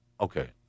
Okay